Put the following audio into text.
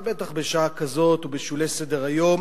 בטח בשעה כזאת ובשולי סדר-היום.